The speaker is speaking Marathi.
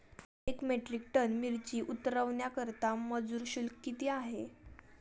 एक मेट्रिक टन मिरची उतरवण्याकरता मजूर शुल्क किती आहे?